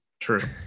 True